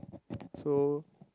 so